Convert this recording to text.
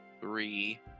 three